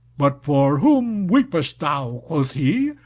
but for whom weepest thou, quoth he,